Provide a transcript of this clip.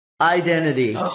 Identity